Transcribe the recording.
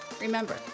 remember